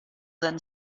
then